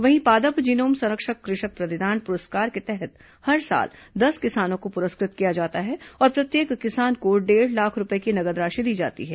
वहीं पादप जीनोम संरक्षक कृषक प्रतिदान पुरस्कार के तहत हर साल दस किसानों को पुरस्कृत किया जाता है और प्रत्येक किसान को डेढ़ लाख रूपये की नगद राशि दी जाती है